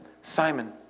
Simon